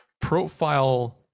profile